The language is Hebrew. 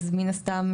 אז מן הסתם,